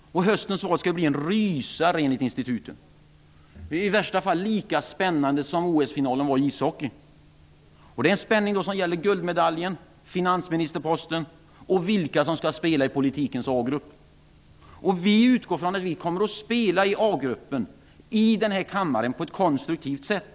Höstens val skulle bli en rysare, enligt instituten. Det är i värsta fall lika spännande som OS-finalen i ishockey. Det är en spänning som gäller guldmedaljen, finansministerposten, och vilka som skall spela i politikens A-grupp. Vi utgår från att vi kommer att spela i A-gruppen i den här kammaren på ett konstruktivt sätt.